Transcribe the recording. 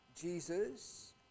Jesus